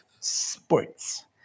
sports